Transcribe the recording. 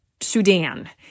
Sudan